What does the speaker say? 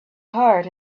heart